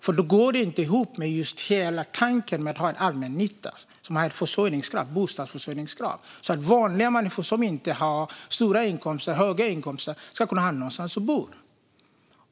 Detta går inte ihop med tanken med att ha en allmännytta som har ett bostadsförsörjningskrav så att vanliga människor som inte har höga inkomster ska kunna ha någonstans att bo.